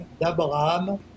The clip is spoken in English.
d'Abraham